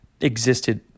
existed